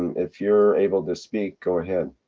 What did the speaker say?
if you're able to speak, go ahead.